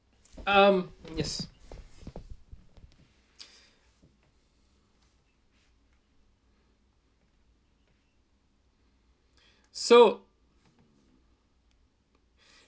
um yes so